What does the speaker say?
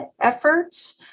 efforts